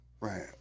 Right